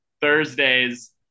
Thursdays